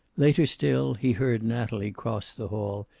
later still he heard natalie cross the hall,